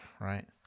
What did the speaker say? right